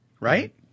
right